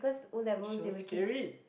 but she was scary